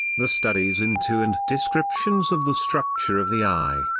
the studies into and descriptions of the structure of the eye,